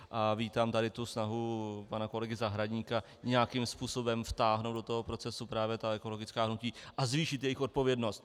A vítám snahu pana kolegy Zahradníka nějakým způsobem vtáhnout do toho procesu právě ta ekologická hnutí a zvýšit jejich odpovědnost.